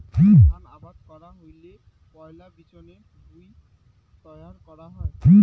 ধান আবাদ করা হইলে পৈলা বিচনের ভুঁই তৈয়ার করা হই